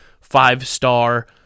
five-star